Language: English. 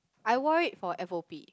I wore it for f_o_p